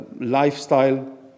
lifestyle